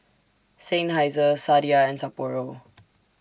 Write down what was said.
Seinheiser Sadia and Sapporo